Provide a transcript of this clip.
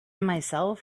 myself